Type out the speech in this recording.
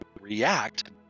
react